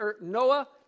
Noah